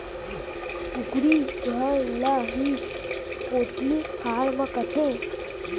कुकरी घर ल ही पोल्टी फारम कथें